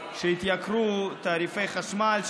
שעכשיו יתייקרו תעריפי חשמל,